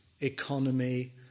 economy